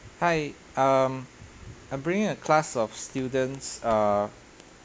hi um I'm bringing a class of students uh